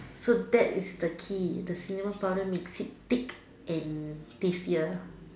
so that is the key the cinnamon powder makes it thick and tastier